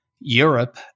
Europe